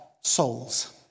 souls